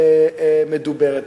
מדוברת.